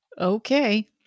Okay